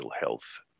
health